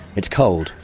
it's cold,